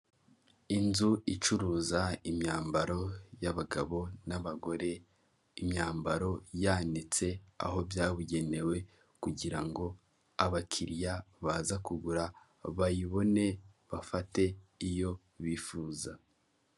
Inzu icuruza imyambaro y'abagabo n'abagore, imyambaro yanitse aho byabugenewe kugira ngo abakiriya baza kugura bayibone bafate iyo bifuza.